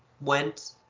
went